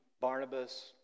Barnabas